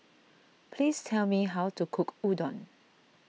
please tell me how to cook Udon